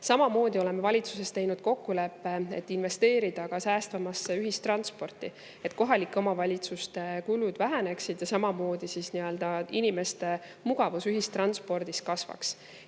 Samamoodi oleme valitsuses teinud kokkuleppe, et investeerida ka säästvamasse ühistransporti, et kohalike omavalitsuste kulud väheneksid ja inimeste mugavus ühistranspordis kasvaks.